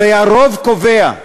הרי הרוב קובע.